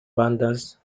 bandas